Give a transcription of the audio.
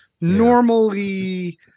normally